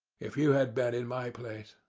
if you had been in my place.